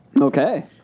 Okay